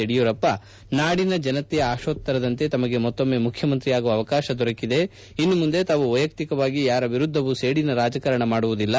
ಯಡಿಯೂರಪ್ಪ ನಾಡಿನ ಜನತೆಯ ಆಶೋತ್ತರದಂತೆ ತಮಗೆ ಮತ್ತೊಮ್ಮೆ ಮುಖ್ಯಮಂತ್ರಿಯಾಗುವ ಅವಕಾಶ ದೊರಕಿದೆ ಇನ್ನುಮುಂದೆ ತಾವು ವೈಯಕ್ತಿಕವಾಗಿ ಯಾರ ವಿರುದ್ದವೂ ಸೇಡಿನ ರಾಜಕಾರಣ ಮಾಡುವುದಿಲ್ಲ